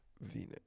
V-neck